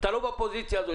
אתה לא בפוזיציה הזו.